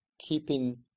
keeping